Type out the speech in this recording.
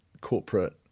corporate